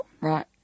Right